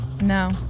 No